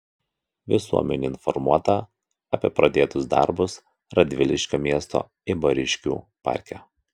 visuomenė informuota apie pradėtus darbus radviliškio miesto eibariškių parke